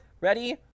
Ready